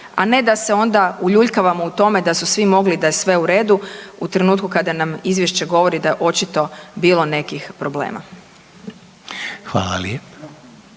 a ne da se onda uljuljkavamo u tome da su svi mogli i da je sve u redu u trenutku kada nam izvješće govori da je očito bilo nekih problema. **Reiner,